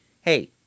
Hey